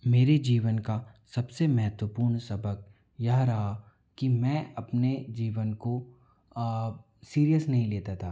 मेरे जीवन का सबसे महत्वपूर्ण सबक यह रहा की मैं अपने जीवन को सीरीअस नहीं लेता था